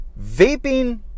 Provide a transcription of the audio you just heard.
vaping